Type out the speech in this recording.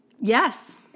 Yes